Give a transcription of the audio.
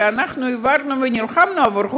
שאנחנו העברנו ונלחמנו עבורם.